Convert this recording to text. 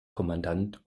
kommandant